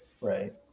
Right